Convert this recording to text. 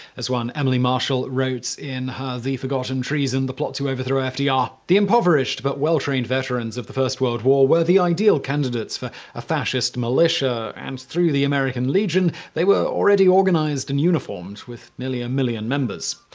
as one emily marshall wrote in her the forgotten treason the plot to overthrow fdr, the impoverished but well-trained veterans of the first world war were the ideal candidates for a fascist militia and through the american legion, they were already organized and uniformed. nearly a million members.